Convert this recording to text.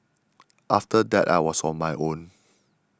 after that I was on my own